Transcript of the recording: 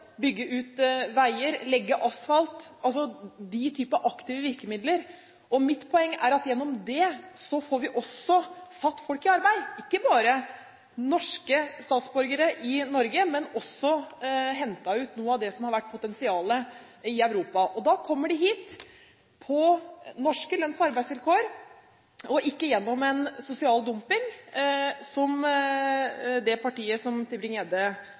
bygge ut veier, legge asfalt – altså den typen aktive virkemidler. Mitt poeng er at gjennom det får vi også satt folk i arbeid, ikke bare norske statsborgere i Norge, men vi får også hentet ut noe av det som har vært potensialet i Europa. Da kommer de hit på norske lønns- og arbeidsvilkår og ikke gjennom en sosial dumping som det partiet som